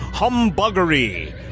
humbuggery